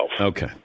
Okay